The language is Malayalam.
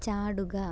ചാടുക